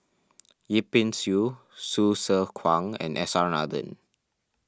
Yip Pin Xiu Hsu Tse Kwang and S R Nathan